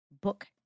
book